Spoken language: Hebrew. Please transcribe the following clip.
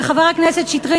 וחבר הכנסת שטרית,